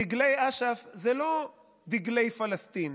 דגלי אש"ף זה לא דגלי פלסטין,